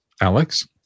Alex